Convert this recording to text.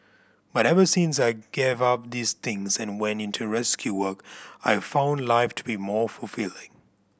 but ever since I gave up these things and went into rescue work I've found life to be more fulfilling